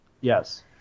Yes